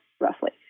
roughly